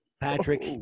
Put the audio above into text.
Patrick